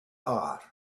are